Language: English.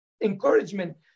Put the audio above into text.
encouragement